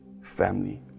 family